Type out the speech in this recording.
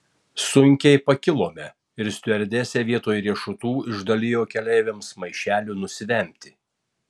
sunkiai pakilome ir stiuardesė vietoj riešutų išdalijo keleiviams maišelių nusivemti